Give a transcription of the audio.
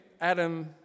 Adam